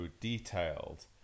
detailed